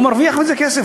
הוא מרוויח מזה כסף,